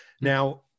Now